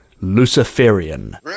Luciferian